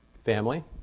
Family